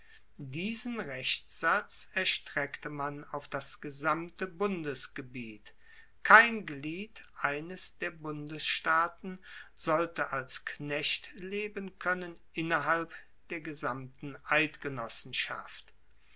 diesen rechtssatz erstreckte man auf das gesamte bundesgebiet kein glied eines der bundesstaaten sollte als knecht leben koennen innerhalb der gesamten eidgenossenschaft